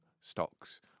stocks